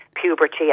puberty